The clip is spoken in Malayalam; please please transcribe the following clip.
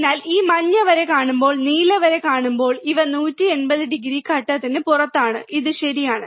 അതിനാൽ ഈ മഞ്ഞ വര കാണുമ്പോൾ നീല വര കാണുമ്പോൾ ഇവ 180o ഘട്ടത്തിനു പുറത്താണ് ഇത് ശരിയാണ്